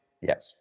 Yes